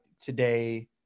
today